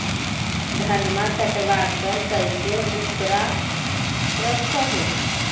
धनमा कटबाकार कैसे उकरा रख हू?